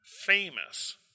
famous